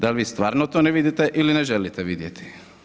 Dal' vi stvarno to ne vidite ili ne želite vidjeti?